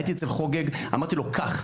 הייתי אצל חוגג , אמרתי לו קח.